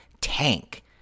tank